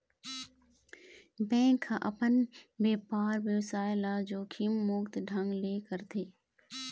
bank ह अपन बेपार बेवसाय ल जोखिम मुक्त ढंग ले करथे